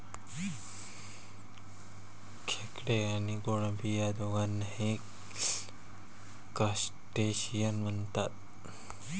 खेकडे आणि कोळंबी या दोघांनाही क्रस्टेशियन म्हणतात